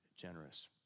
generous